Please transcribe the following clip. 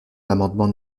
l’amendement